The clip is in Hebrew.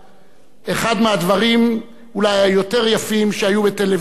אחד הדברים אולי היותר-יפים שהיו בטלוויזיה הישראלית.